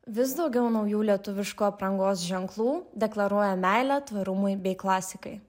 vis daugiau naujų lietuviškų aprangos ženklų deklaruoja meilę tvarumui bei klasikai